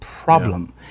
problem